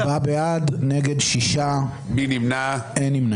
ארבעה בעד, שישה נגד, אין נמנעים.